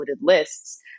lists